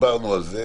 ודיברנו על זה.